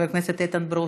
חבר הכנסת איתן ברושי.